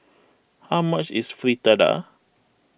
how much is Fritada